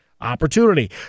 Opportunity